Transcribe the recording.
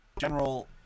general